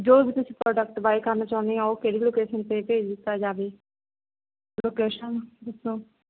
ਜੋ ਵੀ ਤੁਸੀਂ ਪ੍ਰੋਡਕਟ ਬਾਏ ਕਰਨਾ ਚਾਹੁੰਦੇ ਹੋ ਉਹ ਕਿਹੜੀ ਲੋਕੇਸ਼ਨ 'ਤੇ ਭੇਜ ਦਿੱਤਾ ਜਾਵੇ